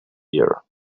here